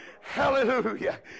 hallelujah